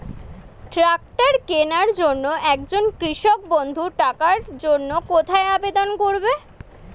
Tractor কিনার জন্য একজন কৃষক বন্ধু টাকার জন্য কোথায় আবেদন করবে?